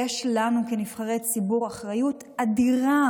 יש לנו כנבחרי ציבור אחריות אדירה